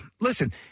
Listen